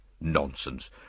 Nonsense